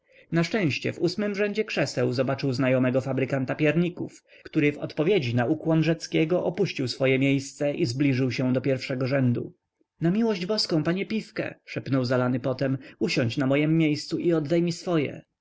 na szczęście w ósmym rzędzie krzeseł zobaczył znajomego fabrykanta pierników który w odpowiedzi na ukłon rzeckiego opuścił swoje miejsce i zbliżył się do pierwszego rzędu na miłość boską panie pifke szepnął zalany potem usiądź na mojem miejscu i oddaj mi swoje